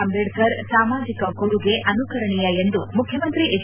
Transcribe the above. ಅಂಬೇಡ್ತರ್ ಸಾಮಾಜಿಕ ಕೊಡುಗೆ ಅನುಕರಣೀಯ ಎಂದು ಮುಖ್ಯಮಂತ್ರಿ ಹೆಚ್